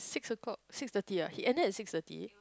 six o'clock six thirty ah he ended at six thirty